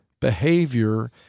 behavior